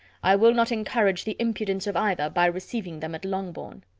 i will not encourage the impudence of either, by receiving them at longbourn.